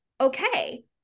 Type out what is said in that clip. Okay